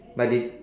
but they